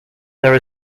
there